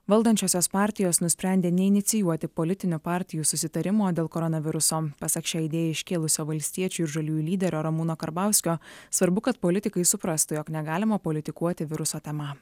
valdančiosios partijos nusprendė neinicijuoti politinių partijų susitarimo dėl koronaviruso pasak šią idėją iškėlusio valstiečių ir žaliųjų lyderio ramūno karbauskio svarbu kad politikai suprastų jog negalima politikuoti viruso tema